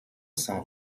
sans